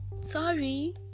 sorry